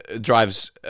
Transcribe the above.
drives